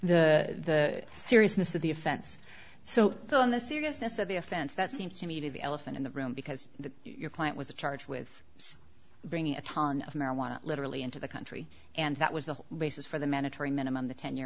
and the seriousness of the offense so the on the seriousness of the offense that seemed to me to the elephant in the room because your client was charged with bringing a ton of marijuana literally into the country and that was the basis for the mandatory minimum the ten